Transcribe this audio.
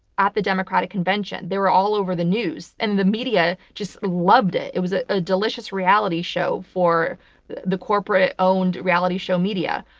at the democratic convention. they were all over the news. and the media just loved it. it was a ah delicious reality show for the the corporate-owned reality show media.